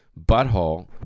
butthole